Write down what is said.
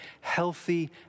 healthy